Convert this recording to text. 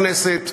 מליאת הכנסת,